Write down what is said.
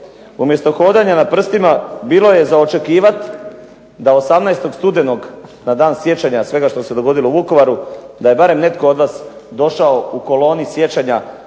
Umjesto hodanja na prstima bilo je za očekivati da 18. studenog na dan sjećanja na sve što se dogodilo u Vukovaru, da je barem netko od vas došao u koloni sjećanja